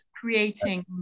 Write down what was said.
creating